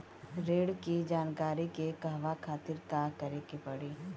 ऋण की जानकारी के कहवा खातिर का करे के पड़ी?